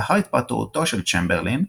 לאחר התפטרותו של צ'מברלין,